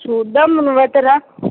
చూద్దాం నువ్వు అయితే రా